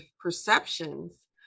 perceptions